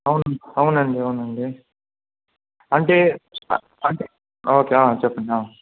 అవునండి అవునండి అంటే అంటే ఓకే చెప్పండి